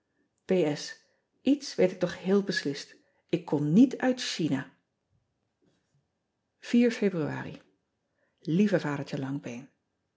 weet ik toch heel beslist ik kom niet uit hina ebruari ieve adertje angbeen